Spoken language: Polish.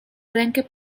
rękę